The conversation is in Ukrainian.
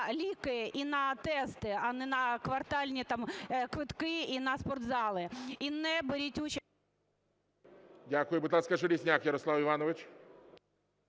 ліки і на тести, а не на "квартальні" там квитки і на спортзали. І не беріть участі… ГОЛОВУЮЧИЙ. Дякую. Будь ласка, Железняк Ярослав Іванович.